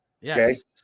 Yes